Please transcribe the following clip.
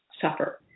suffer